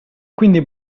quindi